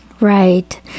Right